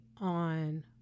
on